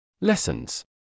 Lessons